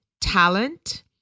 talent